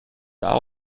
all